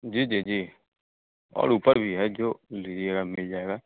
जी जी जी और ऊपर भी है जो लीजिएगा मिल जाएगा